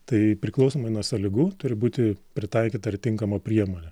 tai priklausomai nuo sąlygų turi būti pritaikyta ir tinkama priemonė